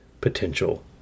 potential